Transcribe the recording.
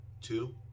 two